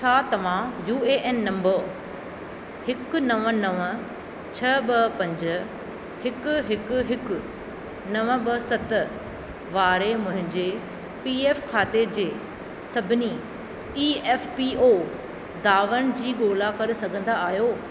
छा तव्हां U A N number हिकु नव नव छह ॿ पंज हिकु हिकु हिकु नव ॿ सत वारे मुंहिंजे पी ऐफ खाते जे सभिनी ई ऐफ पी ओ दावनि जी ॻोल्हा करे सघंदा आहियो